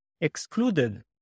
excluded